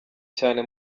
cyane